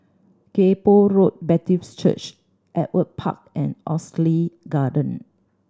Kay Poh Road Baptist Church Ewart Park and Oxley Garden